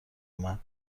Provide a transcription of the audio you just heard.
اومد